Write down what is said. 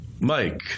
Mike